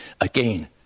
Again